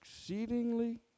exceedingly